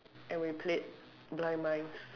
and we played blind mice